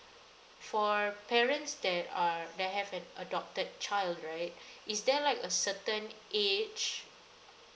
for parents that are that have an adopted child right is there like a certain age